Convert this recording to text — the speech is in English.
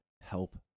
help